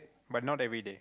but not everyday